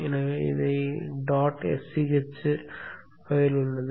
எனவே இங்கே dot sch கோப்பு உள்ளது